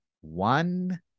One